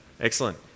Excellent